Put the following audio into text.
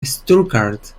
stuttgart